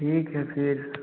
ठीक है फिर